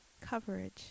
coverage